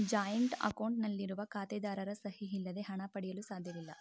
joint account ನಲ್ಲಿರುವ ಖಾತೆದಾರರ ಸಹಿ ಇಲ್ಲದೆ ಹಣ ಪಡೆಯಲು ಸಾಧ್ಯವಿಲ್ಲ